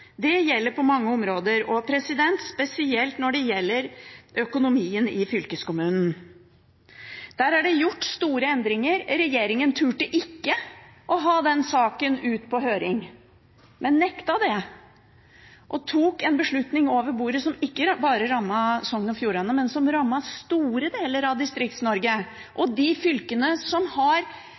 Det gjelder på mange områder og spesielt gjelder det økonomien i fylkeskommunen. Der er det gjort store endringer. Regjeringen turte ikke å ha den saken ut på høring – de nektet det og tok en beslutning over bordet som ikke bare rammet Sogn og Fjordane, men som rammet store deler av Distrikts-Norge og de fylkene som har mange gode tilbud, store muligheter, men som har